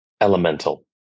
elemental